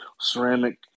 ceramic